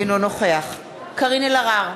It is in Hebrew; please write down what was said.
אינו נוכח קארין אלהרר,